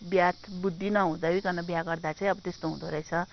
बिहे बुद्धि नहुँदैकन बिहे गर्दा चाहिँ अब त्यस्तो हुँदो रहेछ